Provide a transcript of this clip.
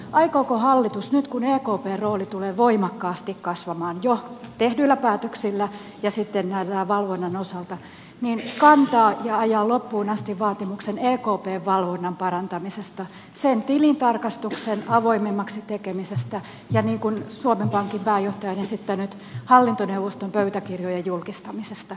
aikooko hallitus nyt kun ekpn rooli tulee voimakkaasti kasvamaan jo tehdyillä päätöksillä ja sitten valvonnan osalta ajaa loppuun asti vaatimuksen ekpn valvonnan parantamisesta sen tilintarkastuksen avoimemmaksi tekemisestä ja niin kuin suomen pankin pääjohtaja on esittänyt hallintoneuvoston pöytäkirjojen julkistamisesta